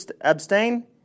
abstain